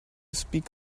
speak